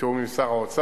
בתיאום עם שר האוצר,